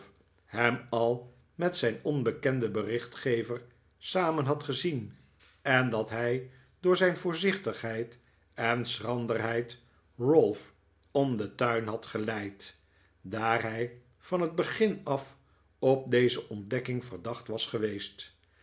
hem al met zijn onbekenden berichtgever samen had gezien en dat hij door zijn voorzichtigheid en schranderheid ralph om den tuin had geleid daar hij van het begin af op deze ontdekking verdacht was geweest